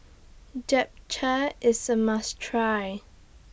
Japchae IS A must Try